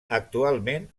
actualment